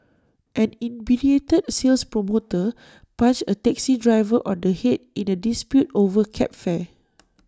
an in brief hate sales promoter punched A taxi driver on the Head in A dispute over cab fare